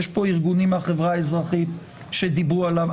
יש פה ארגונים מהחברה האזרחית שדיברו עליו.